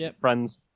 friends